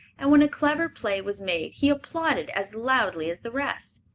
and when a clever play was made he applauded as loudly as the rest.